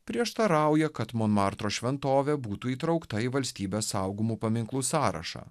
prieštarauja kad monmartro šventovė būtų įtraukta į valstybės saugomų paminklų sąrašą